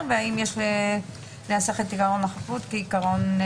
והאם יש לנסח את עיקרון החפות כעיקרון.